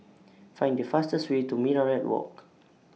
Find The fastest Way to Minaret Walk